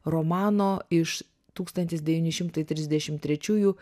romano iš tūkstantis devyni šimtai trisdešimt trečiųjų